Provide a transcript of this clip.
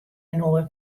inoar